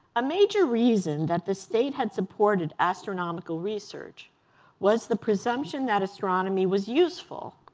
a major reason that the state had supported astronomical research was the presumption that astronomy was useful,